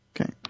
okay